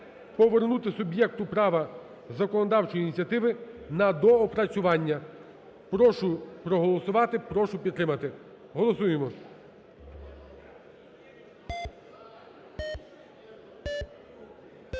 повернути суб'єкту права законодавчої ініціативи на доопрацювання. Прошу проголосувати. Прошу підтримати. Голосуємо.